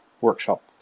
workshop